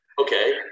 okay